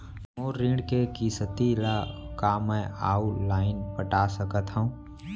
मोर ऋण के किसती ला का मैं अऊ लाइन पटा सकत हव?